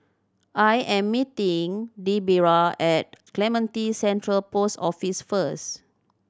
I am meeting Debera at Clementi Central Post Office first